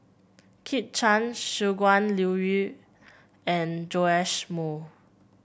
Kit Chan Shangguan Liuyun and Joash Moo